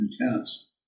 intense